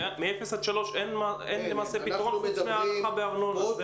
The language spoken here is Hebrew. מאפס עד שלוש אין למעשה פתרון חוץ מההנחה בארנונה.